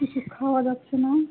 কিছু খাওয়া যাচ্ছে না